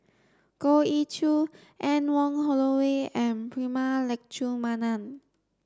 Goh Ee Choo Anne Wong Holloway and Prema Letchumanan